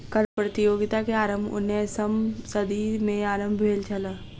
कर प्रतियोगिता के आरम्भ उन्नैसम सदी में आरम्भ भेल छल